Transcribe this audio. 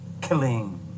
killing